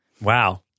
Wow